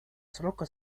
срока